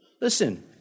Listen